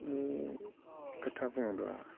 खोथा बुङोब्ला